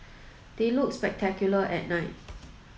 they look spectacular at night